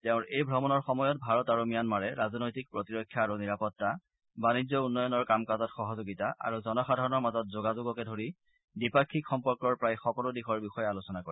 তেওঁৰ এই ভ্ৰমণৰ সময়ত ভাৰত আৰু ম্যানমাৰে ৰাজনৈতিক প্ৰতিৰক্ষা আৰু নিৰাপত্তা বাণিজ্য উন্নয়নৰ কাম কাজত সহযোগিতা আৰু জনসাধাৰণৰ মাজত যোগাযোগকে ধৰি দ্বিপাক্ষিক সম্পৰ্কৰ প্ৰায় সকলো দিশৰ বিষয়ে আলোচনা কৰে